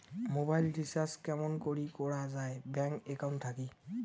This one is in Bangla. মোবাইল রিচার্জ কেমন করি করা যায় ব্যাংক একাউন্ট থাকি?